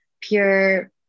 pure